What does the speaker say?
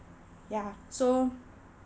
ya so